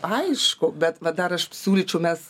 aišku bet vat dar aš siūlyčiau mes